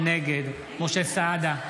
נגד משה סעדה,